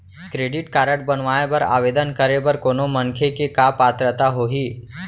Credit card बनवाए बर आवेदन करे बर कोनो मनखे के का पात्रता होही?